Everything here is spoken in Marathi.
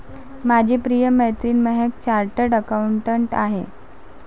माझी प्रिय मैत्रीण महक चार्टर्ड अकाउंटंट आहे